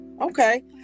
Okay